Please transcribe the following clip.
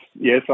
yes